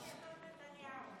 חוק-יסוד: נתניהו.